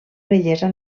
bellesa